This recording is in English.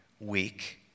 week